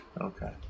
Okay